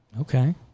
Okay